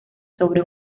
sobre